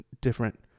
different